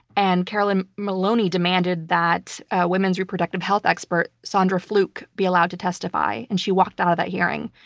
and carolyn maloney demanded that women's reproductive health expert sandra fluke be allowed to testify, and she walked out of that hearing.